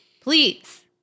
Please